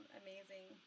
amazing